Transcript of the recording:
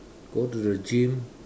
go to the gym